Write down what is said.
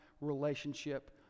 relationship